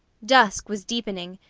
dusk was deepening,